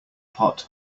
pot